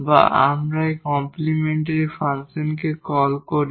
বা আমরা এই কমপ্লিমেন্টরি ফাংশনকে কল করি